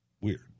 weird